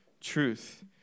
truth